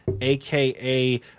aka